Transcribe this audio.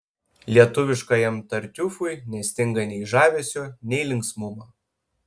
lietuviškajam tartiufui nestinga nei žavesio nei linksmumo